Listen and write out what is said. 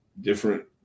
different